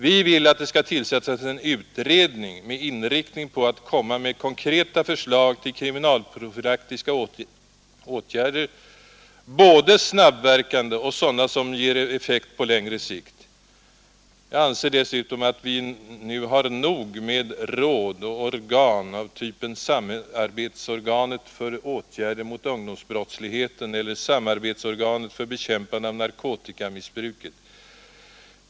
Vi vill att det nu skall tillsättas en utredning med inriktning på att komma med konkreta förslag till kriminalprofylaktiska åtgärder, både snabbverkande och sådana som ger effekt på längre sikt. Jag anser dessutom att vi nu har nog med råd och organ av typen samarbetsorganet för åtgärder mot ungdomsbrottsligheten eller samarbetsorganet för bekämpande av narkotikamissbruket.